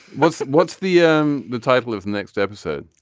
what's what's the um the title of the next episode.